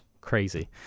crazy